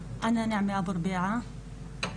נעמה אבו רביעה,